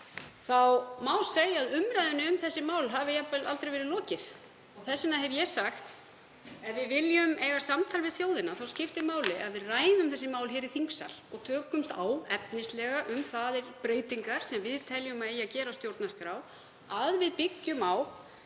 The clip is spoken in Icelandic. þá má segja að umræðunni um þessi mál hafi jafnvel aldrei verið lokið. Þess vegna hef ég sagt: Ef við viljum eiga samtal við þjóðina þá skiptir máli að við ræðum þessi mál í þingsal og tökumst efnislega á um þær breytingar sem við teljum að eigi að gera á stjórnarskrá, að við byggjum á